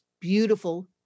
beautiful